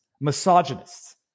misogynists